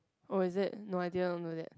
oh is it no idea don't do that